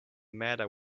matter